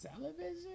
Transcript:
television